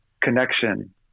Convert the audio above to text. connection